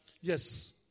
Yes